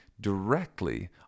directly